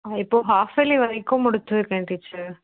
on இப்போ half yearly வரைக்கும் முடிச்சிருக்கேன் டீச்சர்